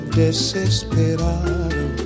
desesperado